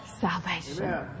salvation